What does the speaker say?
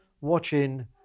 watching